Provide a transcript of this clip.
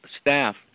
staff